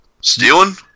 Stealing